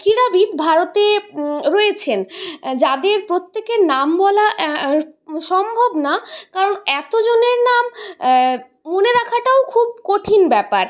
ক্রীড়াবিদ ভারতে রয়েছেন যাদের প্রত্যেকের নাম বলা সম্ভব না কারণ এতজনের নাম মনে রাখাটাও খুব কঠিন ব্যাপার